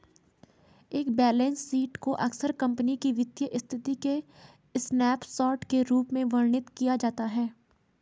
एक balance sheet को अक्सर कंपनी की वित्तीय स्थिति के स्नैपशॉट के रूप में वर्णित किया जाता है